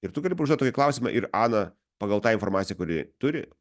ir tu gali užduoti tokį klausimą ir ana pagal tą informaciją kur ji turi